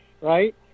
right